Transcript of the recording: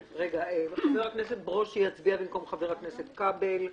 חבר הכנסת ברושי יצביע במקום חבר הכנסת כבל,